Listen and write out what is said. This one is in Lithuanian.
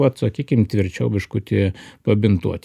vat sakykim tvirčiau biškutį pabintuot